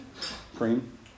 Cream